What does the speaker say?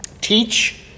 Teach